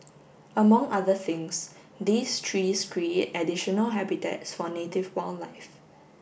among other things these trees create additional habitats for native wildlife